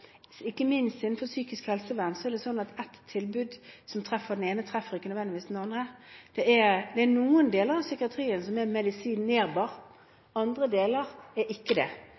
for ikke minst innenfor psykisk helsevern er det sånn at et tilbud som treffer den ene, ikke nødvendigvis treffer den andre. Det er noen deler av psykiatrien man kan medisinere, andre deler kan man ikke det.